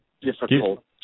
difficult